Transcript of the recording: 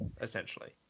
essentially